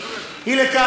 אי לכך,